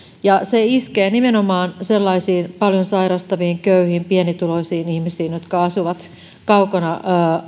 ja se iskee nimenomaan sellaisiin paljon sairastaviin köyhiin pienituloisiin ihmisiin jotka asuvat kaukana